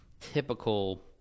typical